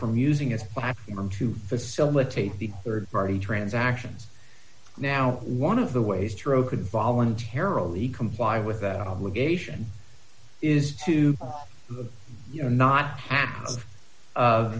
from using a platform to facilitate the rd party transactions now one of the ways through could voluntarily comply with that obligation is to you know not half of